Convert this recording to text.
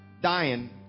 dying